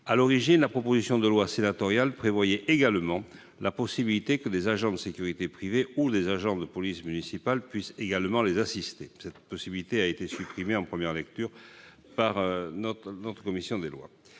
À l'origine, la proposition de loi sénatoriale prévoyait également la possibilité que des agents de sécurité privée ou des agents de police municipale puissent également les assister. Cette possibilité a été supprimée en première lecture par notre commission des lois.